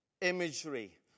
imagery